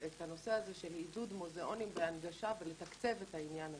את הנושא הזה של עידוד מוזיאונים והנגשה ולתקצב את העניין הזה,